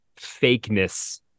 fakeness